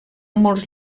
molts